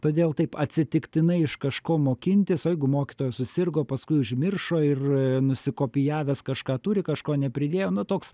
todėl taip atsitiktinai iš kažko mokintis o jeigu mokytoja susirgo paskui užmiršo ir nusikopijavęs kažką turi kažko nepridėjo na toks